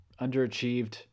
underachieved